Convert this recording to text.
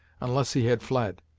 unless he had fled.